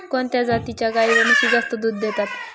कोणत्या जातीच्या गाई व म्हशी जास्त दूध देतात?